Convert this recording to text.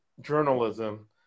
journalism